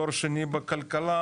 תואר שני בכלכלה,